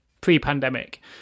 Pre-pandemic